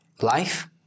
life